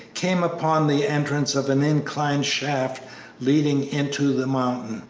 came upon the entrance of an incline shaft leading into the mountain.